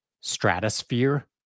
stratosphere